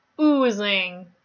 oozing